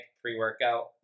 pre-workout